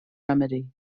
remedy